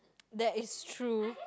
that is true